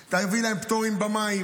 תן להם פטורים במים,